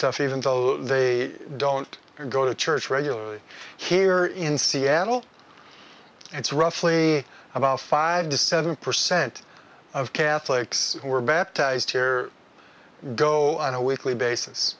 stuff even though they don't go to church regularly here in seattle it's roughly about five to seven percent of catholics were baptized here go on a weekly basis